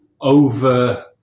over